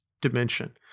dimension